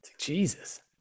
Jesus